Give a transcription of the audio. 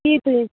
ती त